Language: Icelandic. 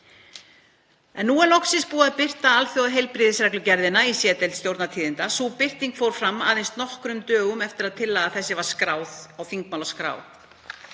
Nú er loksins búið að birta alþjóðaheilbrigðisreglugerðina í C-deild Stjórnartíðinda. Sú birting fór fram aðeins nokkrum dögum eftir að tillaga þessi var skráð á þingmálaskrá.